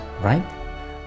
right